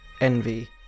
Envy